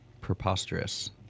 Preposterous